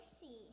see